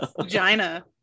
vagina